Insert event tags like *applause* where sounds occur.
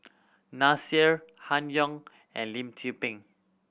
*unintelligible* Han Yong and Lim Tze Peng